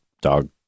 dog